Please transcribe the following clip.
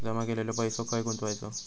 जमा केलेलो पैसो खय गुंतवायचो?